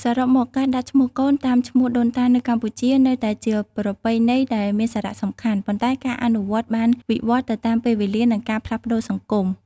សរុបមក ការដាក់ឈ្មោះកូនតាមឈ្មោះដូនតានៅកម្ពុជា នៅតែជាប្រពៃណីដែលមានសារៈសំខាន់ ប៉ុន្តែការអនុវត្តន៍បានវិវត្តទៅតាមពេលវេលា និងការផ្លាស់ប្តូរសង្គម។